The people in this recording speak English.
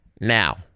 Now